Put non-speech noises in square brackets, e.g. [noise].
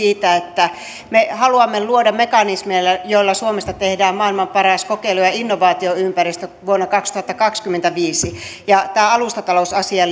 siitä että me haluamme luoda mekanismeja joilla suomesta tehdään maailman paras kokeilu ja innovaatioympäristö vuonna kaksituhattakaksikymmentäviisi tämä alustatalousasia [unintelligible]